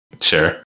Sure